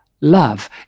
Love